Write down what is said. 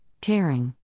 tearing